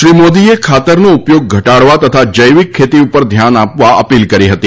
શ્રી મોદીએ ખાતરનો ઉપયોગ ઘટાડવા તથા જૈવીક ખેતી ઉપર ધ્યાન આપવા અપીલ કરી હતી